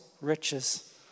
riches